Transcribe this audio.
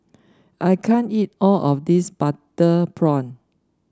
I can't eat all of this Butter Prawn